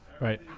Right